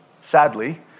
sadly